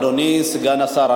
אדוני סגן השר,